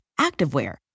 activewear